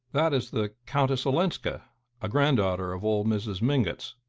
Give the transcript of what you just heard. that is the countess olenska a granddaughter of old mrs. mingott's.